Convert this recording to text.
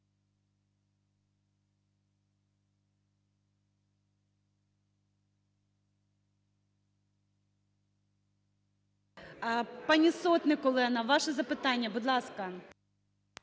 Пані Сотник Олена, ваше запитання. Будь ласка.